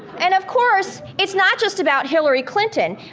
and of course, it's not just about hillary clinton.